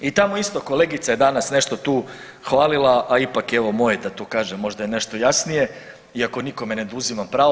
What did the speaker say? I tamo isto kolegica je danas nešto tu hvalila, a ipak evo moje je da to kažem možda i nešto jasnije iako nikome ne oduzimam pravo.